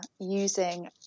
using